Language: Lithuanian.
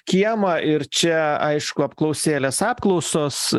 kiemą ir čia aišku apklausėlės apklausos